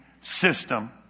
system